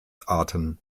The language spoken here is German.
arten